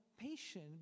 Patient